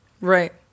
Right